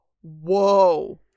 Whoa